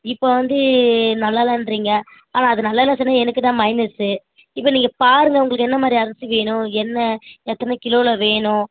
இப்போது வந்து நல்லால்லன்ட்றீங்க ஆனால் அது நல்லால்லைன்னு சொன்னால் எனக்கு தான் மைனஸு இப்போ நீங்கள் பாருங்கள் உங்களுக்கு என்ன மாதிரி அரிசி வேணும் என்ன எத்தனை கிலோவில் வேணும்